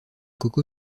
coco